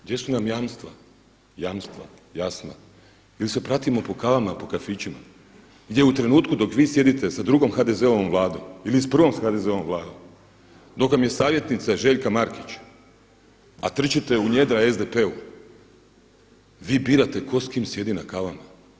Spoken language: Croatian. Gdje su nam jamstva, jasna ili se pratimo po kavama, po kafićima gdje u trenutku gdje vi sjedite sa drugom HDZ-ovom vladom ili s prvom HDZ-ovom vladom dok vam je savjetnica Željka Markić, a trčite u njedra SDP-u, vi birate tko s kim sjedi na kavama.